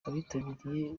abitabira